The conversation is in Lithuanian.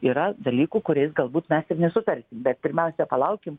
yra dalykų kuriais galbūt mes ir ne super bet pirmiausia palaukime